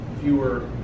fewer